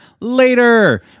later